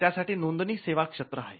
त्यासाठी नोंदणी सेवा क्षेत्र आहे